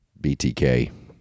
BTK